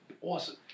Awesome